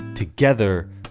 Together